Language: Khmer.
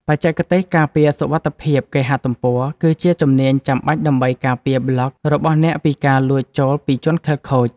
បច្ចេកទេសការពារសុវត្ថិភាពគេហទំព័រ គឺជាជំនាញចាំបាច់ដើម្បីការពារប្លក់របស់អ្នកពីការលួចចូលពីជនខិលខូច។